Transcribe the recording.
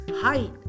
Height